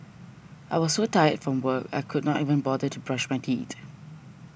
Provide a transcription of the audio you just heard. I was so tired from work I could not even bother to brush my teeth